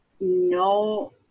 no